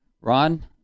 Ron